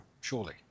surely